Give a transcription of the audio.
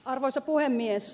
arvoisa puhemies